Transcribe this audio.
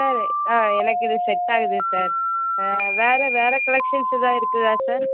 sir ஆ எனக்கு இது செட் ஆகுது சார் ஆ வேற வேற கலெக்ஷன்ஸ் எதாவது இருக்குதா சார்